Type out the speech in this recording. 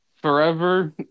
Forever